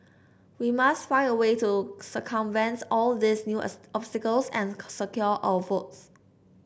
we must find a way to circumvents all these new obstacles and secure our votes